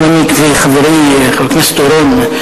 גם אני, כמו חברי חבר הכנסת אורון,